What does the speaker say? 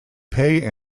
pay